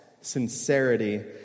sincerity